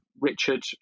Richard